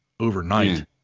Overnight